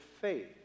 faith